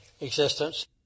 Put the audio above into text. existence